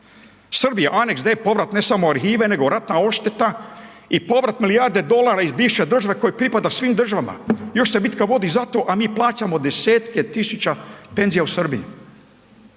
Srbija aneks D povrat ne samo arhive nego ratna odšteta i povrat milijarde dolara iz bivše države koji pripada svim državama, još se bitka vodi za to, a mi plaćamo 10-tke tisuća penzija u Srbiji.